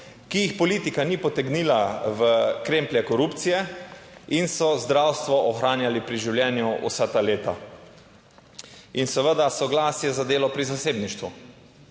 (nadaljevanje) ni potegnila v kremplje korupcije in so zdravstvo ohranjali pri življenju vsa ta leta. In seveda soglasje za delo pri zasebništvu,